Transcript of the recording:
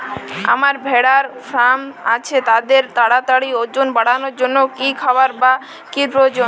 আমার ভেড়ার ফার্ম আছে তাদের তাড়াতাড়ি ওজন বাড়ানোর জন্য কী খাবার বা কী প্রয়োজন?